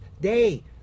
day